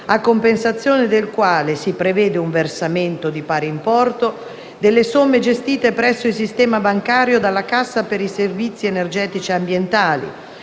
a compensazione del quale si prevede un versamento di pari importo delle somme gestite presso il sistema bancario dalla cassa per i servizi energetici e ambientali,